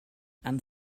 and